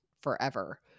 forever